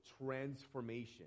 transformation